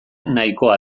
nahikoa